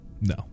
No